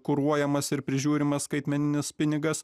kuruojamas ir prižiūrimas skaitmeninis pinigas